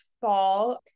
fall